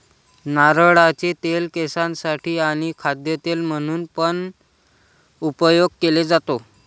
नारळाचे तेल केसांसाठी आणी खाद्य तेल म्हणून पण उपयोग केले जातो